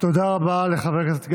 תודה רבה לחבר הכנסת גפני.